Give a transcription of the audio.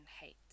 Hate